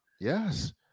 Yes